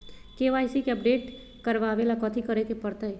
KYC के update करवावेला कथि करें के परतई?